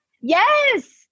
Yes